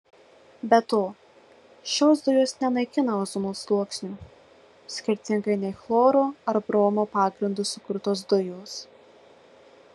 be to šios dujos nenaikina ozono sluoksnio skirtingai nei chloro ar bromo pagrindu sukurtos dujos